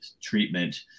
treatment